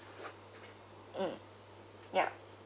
mm yup